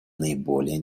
наиболее